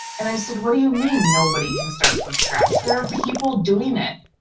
and i said, what do you mean, nobody can start from scratch? there are people doing it.